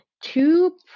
two